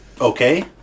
okay